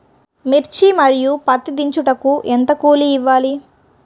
మిర్చి మరియు పత్తి దించుటకు ఎంత కూలి ఇవ్వాలి?